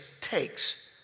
takes